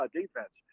defense